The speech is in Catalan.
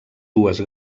dues